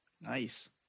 Nice